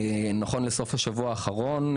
נכון לסוף השבוע האחרון,